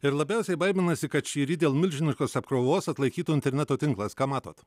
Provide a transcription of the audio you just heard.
ir labiausiai baiminasi kad šįryt dėl milžiniškos apkrovos atlaikytų interneto tinklas ką matot